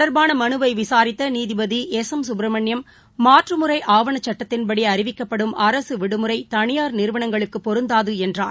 தொடர்பானமனுவைவிசாரித்தநீதிபதி S M Subramaniam மாற்றுமுறைஆவணச் இத சட்டத்தின்படிஅறிவிக்கப்படும் அரசுவிடுமுறைதனியார் நிறுவனங்களுக்குப் பொருந்தாதுஎன்றார்